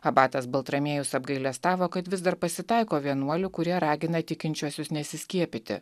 abatas baltramiejus apgailestavo kad vis dar pasitaiko vienuolių kurie ragina tikinčiuosius nesiskiepyti